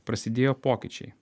prasidėjo pokyčiai